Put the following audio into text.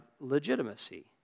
legitimacy